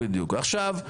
עכשיו,